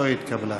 לא התקבלה.